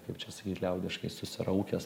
kaip čia sakyt liaudiškai susiraukęs